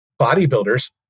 bodybuilders